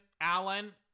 Allen